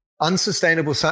unsustainable